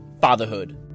FATHERHOOD